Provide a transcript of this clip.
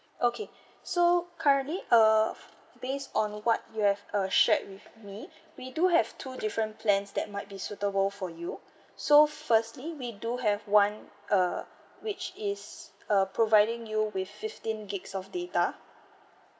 okay so currently uh base on what you have uh shared with me we do have two different plans that might be suitable for you so firstly we do have one uh which is uh providing you with fifteen gigabytes of data